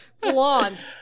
Blonde